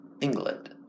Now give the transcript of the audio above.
England